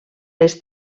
les